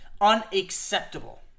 unacceptable